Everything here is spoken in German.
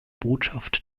botschaft